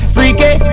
Freaky